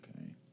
Okay